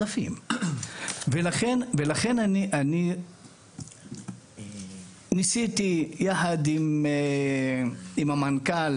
לכן, אני ניסיתי, יחד עם מנכ״ל